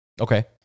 Okay